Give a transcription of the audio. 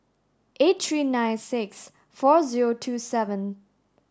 eight three nine six four zero two seven